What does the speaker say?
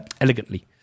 elegantly